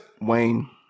Wayne